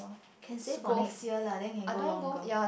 can save for next year lah then can go longer